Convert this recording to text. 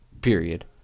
period